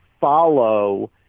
follow